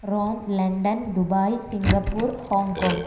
Rome London Dubai Singapore Hong Kong